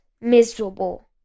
miserable